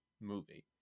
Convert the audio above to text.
movie